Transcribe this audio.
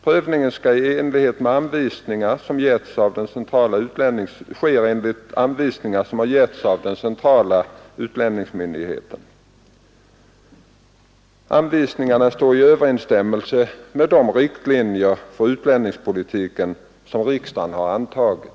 Prövningen sker i enlighet med anvisningar som getts av den centrala utlänningsmyndigheten. Anvisningarna står i överensstämmelse med de riktlinjer för utlänningspolitiken som riksdagen har antagit.